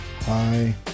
hi